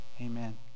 amen